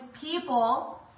people